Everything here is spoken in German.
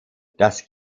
das